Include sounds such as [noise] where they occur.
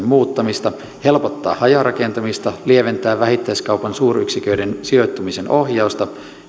[unintelligible] muuttamista helpottaa hajarakentamista lieventää vähittäiskaupan suuryksiköiden sijoittumisen ohjausta